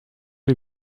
wie